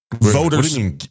voters